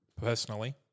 personally